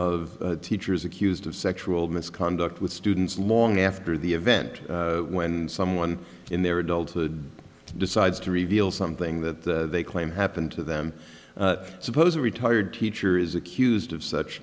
of teachers accused of sexual misconduct with students long after the event when someone in their adulthood decides to reveal something that they claim happened to them suppose a retired teacher is accused of such